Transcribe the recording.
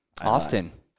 Austin